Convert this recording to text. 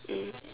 mm